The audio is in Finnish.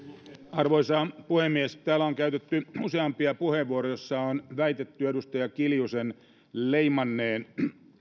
arvoisa puhemies täällä on käytetty useampia puheenvuoroja joissa on väitetty edustaja kiljusen leimanneen